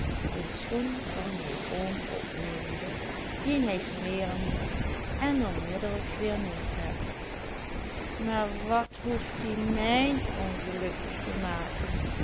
een schoen van mijn oom opnemende dien hij smeren moest en onmiddellijk weer neerzette maar wat hoeft ie mijn ongelukkig te maken